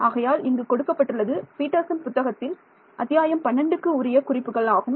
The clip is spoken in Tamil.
ஆகையால் இங்கு கொடுக்கப்பட்டுள்ளது பீட்டர்சன் புத்தகத்தில் அத்தியாயம் 12 க்கு உரிய குறிப்புகள் ஆகும்